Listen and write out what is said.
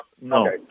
no